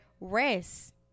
rest